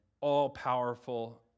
all-powerful